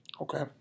Okay